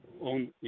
on